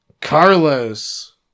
Carlos